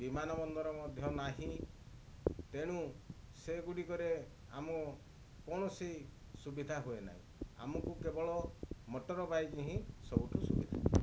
ବିମାନ ବନ୍ଦର ମଧ୍ୟ ନାହିଁ ତେଣୁ ସେଗୁଡ଼ିକରେ ଆମ କୌଣସି ସୁବିଧା ହୁଏନା ଆମକୁ କେବଳ ମଟର ବାଇକ ହିଁ ସବୁଠୁ ସୁବିଧା